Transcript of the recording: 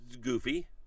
goofy